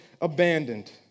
abandoned